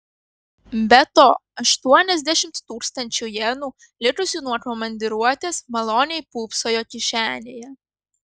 be to aštuoniasdešimt tūkstančių jenų likusių nuo komandiruotės maloniai pūpsojo kišenėje